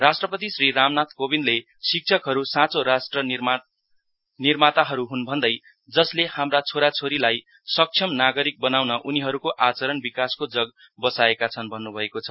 राष्ट्रपति श्री रामनाथ कोविन्दले शिक्षकहरू साँचो राष्ट्र निर्माताहरू हुन् भन्दैजसले हाम्रा छोरा छोरीलाई सक्षम नागरिक बनाउन उनीहरूको आचरणको विकासको जग बसाएका छन् भन्नु भएको छ